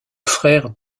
frère